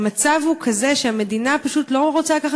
המצב הוא כזה שהמדינה פשוט לא רוצה לקחת